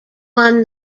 won